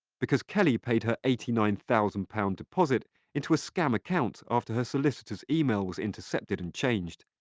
because kelly paid her eighty nine thousand pounds deposit into a scam account after her solicitor's email was intercepted and changed.